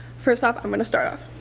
first off, i'm going to start off.